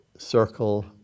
circle